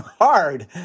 hard